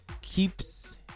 keeps